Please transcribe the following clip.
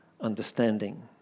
understanding